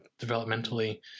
developmentally